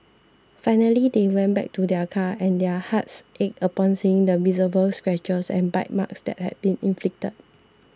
finally they went back to their car and their hearts ached upon seeing the visible scratches and bite marks that had been inflicted